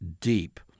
deep